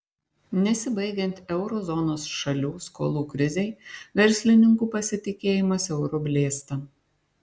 nesibaigiant euro zonos šalių skolų krizei verslininkų pasitikėjimas euru blėsta